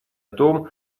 том